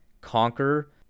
conquer